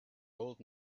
old